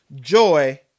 joy